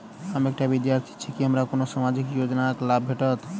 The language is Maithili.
हम एकटा विद्यार्थी छी, की हमरा कोनो सामाजिक योजनाक लाभ भेटतय?